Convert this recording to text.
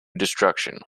destruction